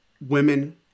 women